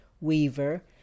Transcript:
weaver